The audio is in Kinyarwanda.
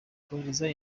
kohereza